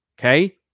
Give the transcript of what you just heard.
Okay